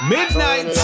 Midnight